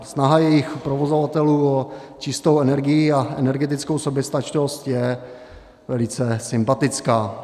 Snaha jejich provozovatelů o čistou energii a energetickou soběstačnost je velice sympatická.